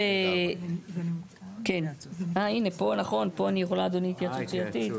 (3), פה אני יכולה, אדוני, התייעצות סיעתית?